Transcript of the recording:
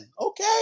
Okay